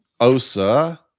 Osa